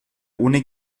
ohne